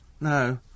No